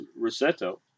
Rosetto